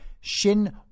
Shin